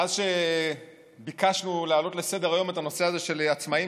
מאז שביקשנו להעלות לסדר-היום את הנושא של עצמאים